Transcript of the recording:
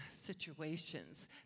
situations